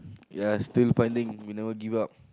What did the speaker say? yes still finding we never give up